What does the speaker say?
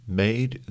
made